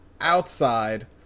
outside